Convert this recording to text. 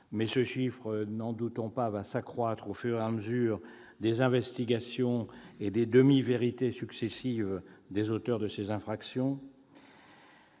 mais ce chiffre, n'en doutons pas, va s'accroître au fur et à mesure des investigations et des demi-vérités successives des auteurs de ces infractions.